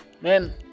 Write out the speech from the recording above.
Man